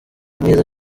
umwiza